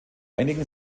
einigen